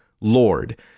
Lord